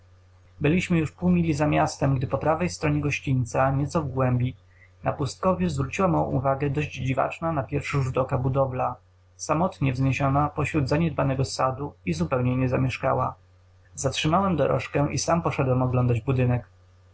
byliśmy już pół mili za miastem gdy po prawej stronie gościńca nieco w głębi na pustkowiu zwróciła mą uwagę dość dziwaczna na pierwszy rzut oka budowla samotnie wzniesiona pośród zaniedbanego sadu i zupełnie niezamieszkała zatrzymałem dorożkę i sam poszedłem oglądać budynek